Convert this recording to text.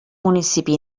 municipi